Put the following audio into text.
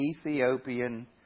Ethiopian